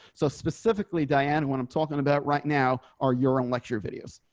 so specifically, diane what i'm talking about right now are your and lecture videos.